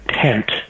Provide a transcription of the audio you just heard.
tent